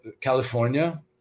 California